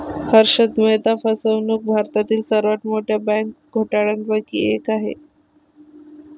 हर्षद मेहता फसवणूक भारतातील सर्वात मोठ्या बँक घोटाळ्यांपैकी एक आहे